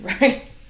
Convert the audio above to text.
Right